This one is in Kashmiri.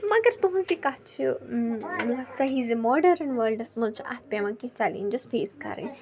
مگر تُہٕنٛز یہِ کَتھ چھِ صحیح زِ ماڈٲرٕنۍ ورٕلڈس منٛز چھِ اَتھ پٮ۪وان کیٚنہہ چَلینجِس فیس کَرٕنۍ